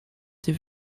des